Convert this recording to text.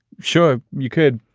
sure, you could.